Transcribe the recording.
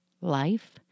life